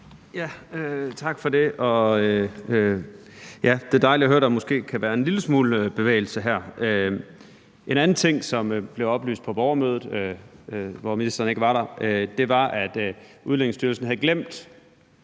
Tak for det, og det er dejligt at høre, at der måske kan være en lille smule bevægelse her. En anden ting, som blev oplyst på borgermødet, hvor ministeren ikke var der, var, at Udlændingestyrelsen havde glemt